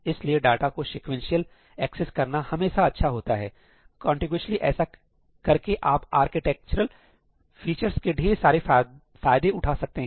इसलिए डाटा को sequential access करना हमेशा अच्छा होता है कॉन्टिगोअसली ऐसा करके आप आर्किटेक्चरल फीचर्स के ढेर सारे फायदे उठा सकते हैं